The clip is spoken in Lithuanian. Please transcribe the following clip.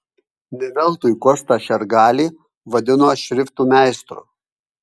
ne veltui kostą šergalį vadino šriftų meistru